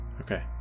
Okay